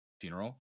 funeral